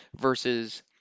versus